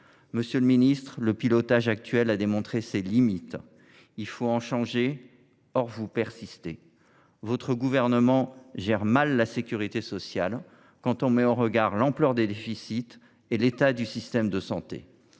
Monsieur le ministre, le pilotage actuel a démontré ses limites. Il faut en changer. Or vous persistez. Votre gouvernement gère mal la sécurité sociale, si l’on met en regard l’ampleur du déficit et l’état du système de santé.